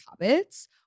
habits